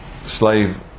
slave